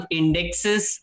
indexes